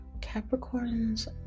Capricorns